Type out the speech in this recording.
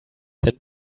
then